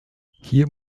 hier